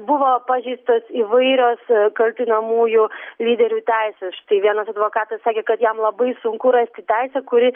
buvo pažeistos įvairios kaltinamųjų lyderių teisės štai vienas advokatas sakė kad jam labai sunku rasti teisę kuri